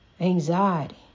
anxiety